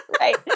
right